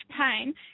pain